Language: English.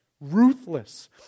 ruthless